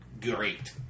great